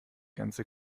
ganze